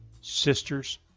sisters